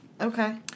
Okay